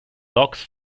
logs